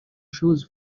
shoes